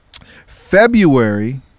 February